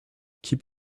keep